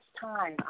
time